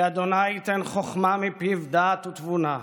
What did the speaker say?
כי ה' יתן חָכְמָה מפיו דעת ותבונה,